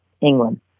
England